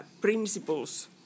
principles